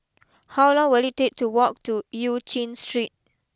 how long will it take to walk to Eu Chin Street